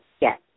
Yes